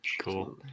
cool